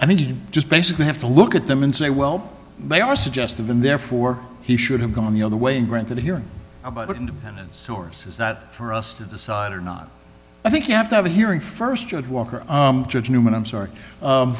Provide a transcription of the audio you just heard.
i think he just basically have to look at them and say well they are suggestive and therefore he should have gone the other way and grant that hearing about it and sources that for us to decide or not i think you have to have a hearing st judge walker judge newman i'm sorry